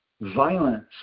violence